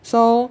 so